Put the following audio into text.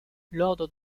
l’ordre